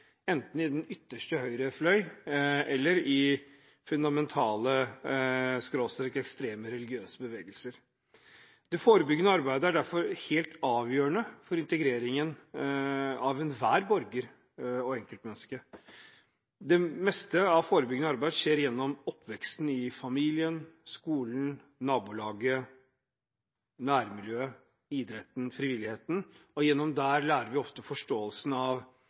enten i den ytterste høyrefløy eller i fundamentale/ekstreme religiøse bevegelser. Det forebyggende arbeidet er derfor helt avgjørende for integreringen av enhver borger og ethvert enkeltmenneske. Det meste av forebyggende arbeid skjer gjennom oppveksten i familien, skolen, nabolaget, nærmiljøet, idretten, frivilligheten, og gjennom det lærer vi ofte forståelsen av